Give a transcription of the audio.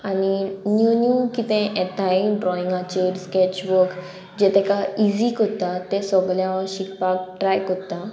आनी new new कितें येताय ड्रॉइंगाचेर स्केच वर्क जे तेका इजी कोत्ता ते सोगले हांव शिकपाक ट्राय कोत्ता